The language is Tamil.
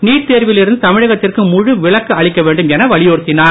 நீட் தேர்வில் இருந்து தமிழகத்திற்கு முழு விலக்கு அளிக்க வேண்டும் என வலியுறுத்தினார்